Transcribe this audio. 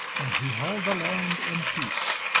and he held the land in peace.